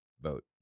vote